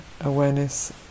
awareness